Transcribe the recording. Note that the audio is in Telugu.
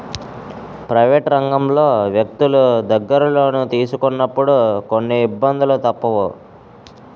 ప్రైవేట్ రంగంలో వ్యక్తులు దగ్గర లోను తీసుకున్నప్పుడు కొన్ని ఇబ్బందులు తప్పవు